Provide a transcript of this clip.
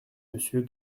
monsieur